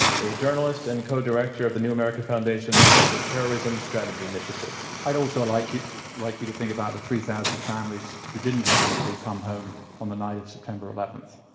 a journalist and co-director of the new america foundation's counterterrorism strategy initiative. i'd also like you like you to think about the three thousand families who didn't have anybody come home on the night of september eleventh.